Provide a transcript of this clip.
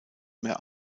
mehr